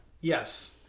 Yes